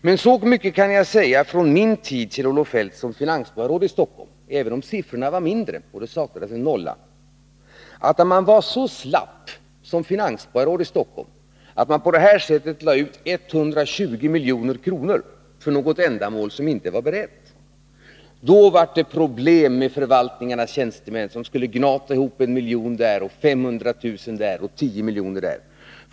Men så mycket kan jag säga, Kjell-Olof Feldt, från min tid som finansborgarråd i Stockholm, även om siffrorna var mindre — det saknades en nolla — att om man var så slapp att man på det här sättet lade ut 120 milj.kr. för något ändamål som inte var berett, blev det problem med förvaltningarnas tjänstemän som skulle gneta ihop 1 miljon där, 500 000 där och 10 miljoner där.